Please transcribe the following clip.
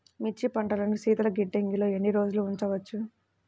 మిర్చి పంటను శీతల గిడ్డంగిలో ఎన్ని రోజులు ఉంచవచ్చు?